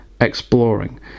exploring